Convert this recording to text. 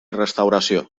restauració